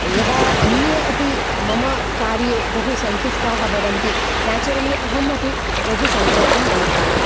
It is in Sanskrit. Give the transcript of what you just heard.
यदा अन्ये अपि मम कार्ये बहुसन्तुष्टाः भवन्ति नेचुरली अहमपि बहुसन्तोषम् अनुभवामि